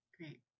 Great